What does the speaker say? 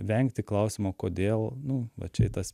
vengti klausimo kodėl nu va čia į tas